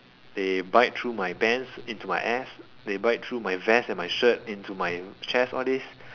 they bite through my pants into my ass they bite through my vest and my shirt into my chest all this